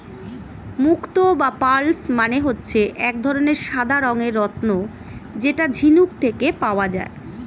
মুক্তো বা পার্লস মানে হচ্ছে এক ধরনের সাদা রঙের রত্ন যেটা ঝিনুক থেকে পাওয়া যায়